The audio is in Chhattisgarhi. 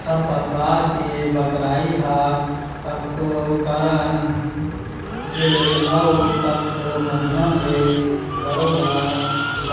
खरपतवार के बगरई ह कतको कारन ले अउ कतको माध्यम ले बरोबर